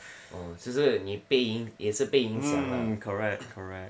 oh 就是你被也是被影响啦